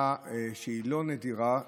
למחלה שהייתה לא נדירה,